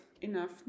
enough